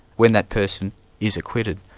when that person is acquitted,